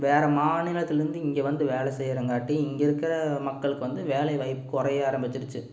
வேறு மாநிலத்துலேருந்து இங்கே வந்து வேலை செய்கிறங்காட்டி இங்கே இருக்கிற மக்களுக்கு வந்து வேலை வாய்ப்பு குறைய ஆரம்பிச்சுடுச்சு